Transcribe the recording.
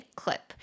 clip